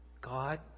God